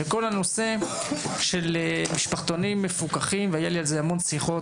שכל הנושא של משפחתונים מפוקחים והיה לי על זה המון שיחות,